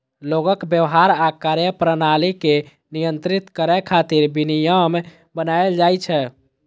लोगक व्यवहार आ कार्यप्रणाली कें नियंत्रित करै खातिर विनियम बनाएल जाइ छै